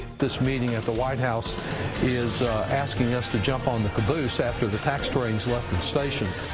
this meeting at the white house is asking us to jump on the caboose after the tax train has left the station.